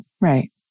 Right